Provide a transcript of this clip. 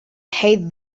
hate